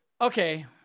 okay